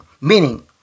meaning